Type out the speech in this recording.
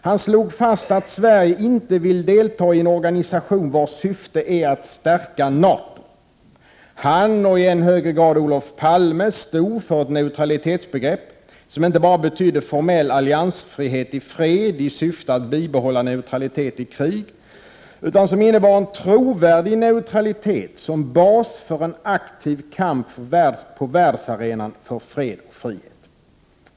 Han slog fast att Sverige inte vill delta i en organisation vars syfte är att stärka NATO. Han, och i ännu högre grad Olof Palme, stod för ett neutralitetsbegrepp som inte bara betydde formell alliansfrihet i fred i syfte att bibehålla neutralitet i krig, utan som innebar en trovärdig neutralitet som bas för en aktiv kamp på världsarenan för fred och frihet.